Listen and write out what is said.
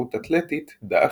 כתחרות אתלטית דעכה.